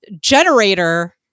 generator